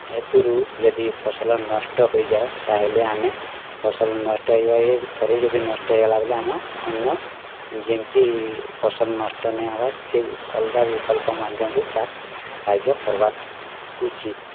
ହେତୁରୁ ଯଦି ଫସଲ ନଷ୍ଟ ହୋଇଯାଏ ତାହାଲେ ଆମେ ଫସଲ ନଷ୍ଟ ଥରେ ଯଦି ନଷ୍ଟ ହେଇ ଗଲା ବୋଲେ ଅନ୍ୟ ଯେମିତି ଫସଲ ନଷ୍ଟ ନାଇଁ ହବା ସେ ଅଲଗା ବିକଳ୍ପ ମାଧ୍ୟମ ରେ ଚାଷ୍ କାର୍ଯ୍ୟ କରବାର୍ ଉଚିତ